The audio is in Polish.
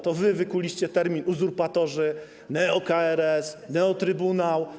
To wy wykuliście terminy: uzurpatorzy, neo-KRS, neotrybunał.